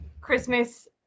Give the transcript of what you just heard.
Christmas